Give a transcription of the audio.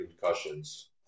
concussions